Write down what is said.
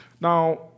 Now